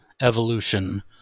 evolution